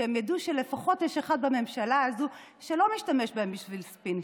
שהם ידעו שלפחות יש אחד בממשלה הזו שלא משתמש בהם בשביל ספין,